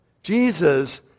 Jesus